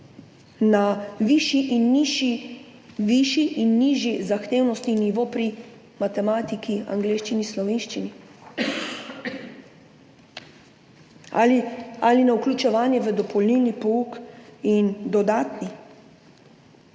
na višji in nižji zahtevnostni nivo pri matematiki, angleščini, slovenščini, ali na vključevanje v dopolnilni in dodatni